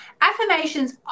affirmations